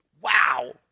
Wow